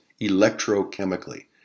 electrochemically